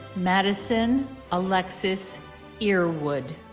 madesyn alexis earwood